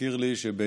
ישראל